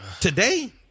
today